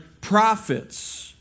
prophets